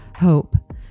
hope